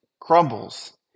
crumbles